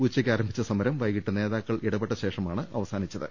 ഉച്ചയ്ക്ക് ആരംഭിച്ച സമരം വൈകീട്ട് നേതാക്കൾ ഇടപ്പെട്ട ശേഷമാണ് അവസാനിച്ചത്